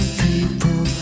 people